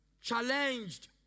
challenged